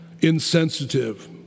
insensitive